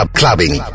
clubbing